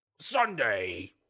sunday